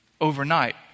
overnight